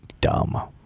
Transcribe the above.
Dumb